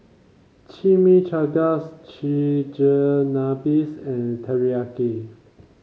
Chimichangas Chigenabes and Teriyaki